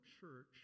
church